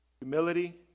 Humility